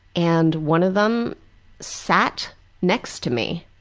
and one of them sat next to me.